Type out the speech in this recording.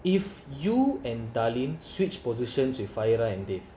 if you and darlene switch positions with fahira and dave